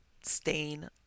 stain